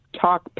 talk